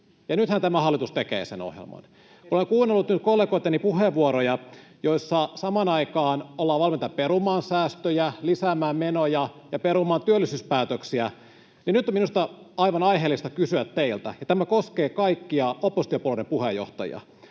Ja nythän tämä hallitus tekee sen ohjelman. Olen kuunnellut nyt kollegoitteni puheenvuoroja, joissa samaan aikaan ollaan valmiita perumaan säästöjä, lisäämään menoja ja perumaan työllisyyspäätöksiä. Nyt on minusta aivan aiheellista kysyä teiltä, ja tämä koskee kaikkia oppositiopuolueiden puheenjohtajia: